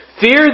Fear